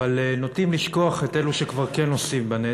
ונוטים לשכוח את אלו שכבר כן נושאים בנטל.